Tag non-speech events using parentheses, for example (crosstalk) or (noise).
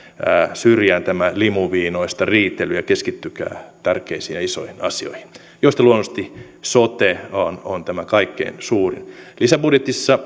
syrjään tämä limuviinoista riitely ja keskittykää tärkeisiin ja isoihin asioihin joista luonnollisesti sote on on tämä kaikkein suurin lisäbudjetissa (unintelligible)